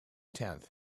tenth